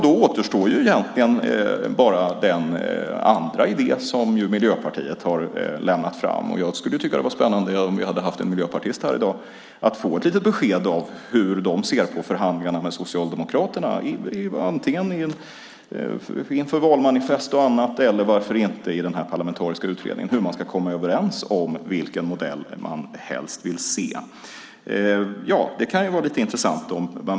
Då återstår egentligen bara den andra idé som Miljöpartiet har lagt fram. Jag skulle ha tyckt att det var spännande om vi hade haft en miljöpartist här i dag och hade fått ett litet besked om hur de ser på förhandlingarna med Socialdemokraterna, antingen inför valmanifest och annat eller varför inte hur man i den här parlamentariska utredningen ska komma överens om vilken modell man helst vill se. Det kan ju vara lite intressant.